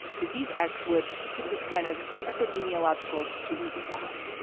disease x would hit this kind of epidemiological sweet spot.